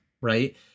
right